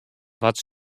wat